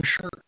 sure